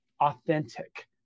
authentic